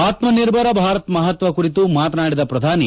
ಆಕ್ಕನಿರ್ಭರ ಭಾರತ್ ಮಪತ್ವ ಕುರಿತು ಮಾತನಾಡಿದ ಪ್ರಧಾನಿ